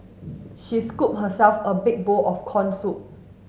she scooped herself a big bowl of corn soup